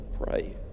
pray